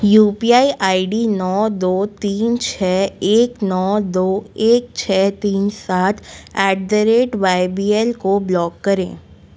you P I I D नौ दो तीन छः एक नौ दो एक छः तीन सात at the rate Y B L को ब्लॉक करें